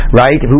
right